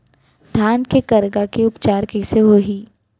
धान के करगा के उपचार कइसे होही?